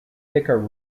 thicker